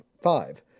five